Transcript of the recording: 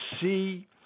see